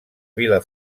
vila